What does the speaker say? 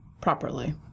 properly